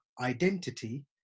identity